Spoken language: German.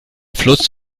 fluss